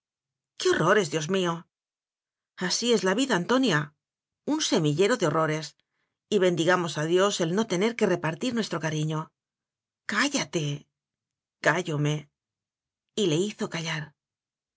intrusa qué horrores dios mío así es la vida antonia un semillero de horrores y bendigamos a dios el no tener que repartir nuestro cariño cállate cállome y le hizo callar